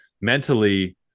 mentally